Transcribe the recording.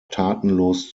tatenlos